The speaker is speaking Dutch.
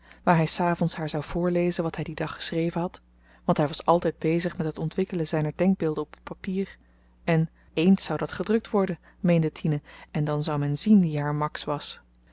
waar hy s avends haar zou voorlezen wat hy dien dag geschreven had want hy was altyd bezig met het ontwikkelen zyner denkbeelden op t papier en eens zou dat gedrukt worden meende tine en dan zou men zien wie haar max was